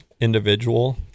individual